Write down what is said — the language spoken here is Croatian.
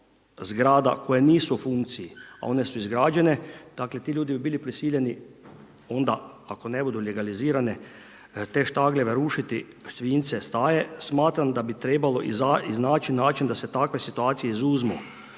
koje nisu u funkciji, a one su izgrađene. Dakle, ti ljudi bi bili prisiljeni onda ako ne budu legalizirane, te štagljeve rušiti, svinjce, staje. Smatram da bi trebalo iznaći način da se takve situacije izuzmu